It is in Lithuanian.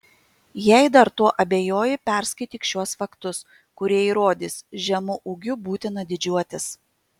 jei dar tuo abejoji perskaityk šiuos faktus kurie įrodys žemu ūgiu būtina didžiuotis